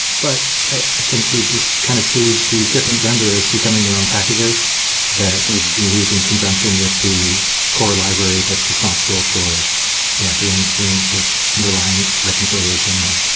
but i think we just kind of see these different renderers becoming their own packages that using conjunction with the core library that's responsible for yeah doing doing this underlying underlying reconciliation and